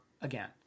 again